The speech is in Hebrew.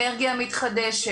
אנרגיה מתחדשת.